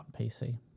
PC